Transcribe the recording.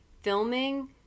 filming